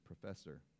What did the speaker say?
professor